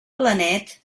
blanet